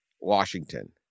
Washington